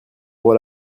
ouvre